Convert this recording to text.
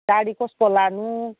गाडी कसको लानु